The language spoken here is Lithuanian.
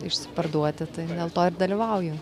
išsiparduoti tai dėl to ir dalyvauju